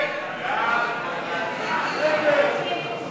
ההסתייגויות לסעיף 26,